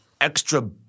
extra